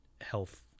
health